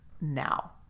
now